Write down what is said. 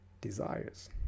desires